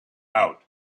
out